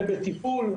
זה בטיפול,